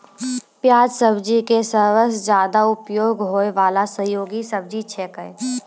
प्याज सब्जी के सबसॅ ज्यादा उपयोग होय वाला सहयोगी सब्जी छेकै